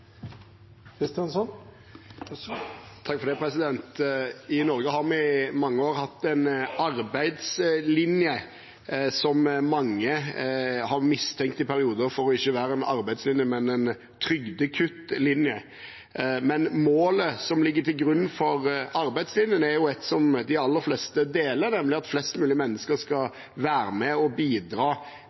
I Norge har vi i mange år hatt en arbeidslinje som mange i perioder har mistenkt for ikke å være en arbeidslinje, men en trygdekuttlinje. Målet som ligger til grunn for arbeidslinjen, er et de aller fleste deler, nemlig at flest mulig mennesker skal være med og bidra